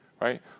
right